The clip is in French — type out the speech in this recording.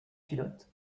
pilote